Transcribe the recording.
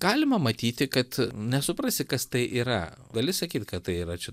galima matyti kad nesuprasi kas tai yra gali sakyt kad tai yra čia